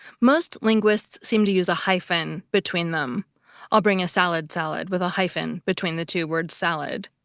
most linguists seem to use a hyphen between them i'll bring a salad-salad, with a hyphen between the two words, salad,